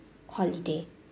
holiday